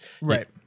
Right